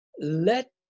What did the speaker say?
let